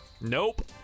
Nope